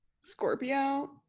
Scorpio